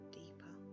deeper